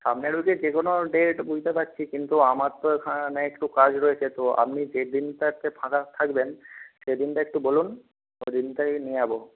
সামনের উইকে যে কোনো ডেট বুঝতে পারছি কিন্তু আমার তো এখানে একটু কাজ রয়েছে তো আপনি যে দিনটাতে ফাঁকা থাকবেন সেদিনটা একটু বলুন ওইদিনটাই নিয়ে যাব